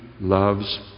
loves